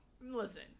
Listen